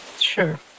sure